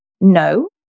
no